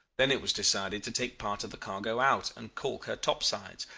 then it was decided to take part of the cargo out and calk her topsides.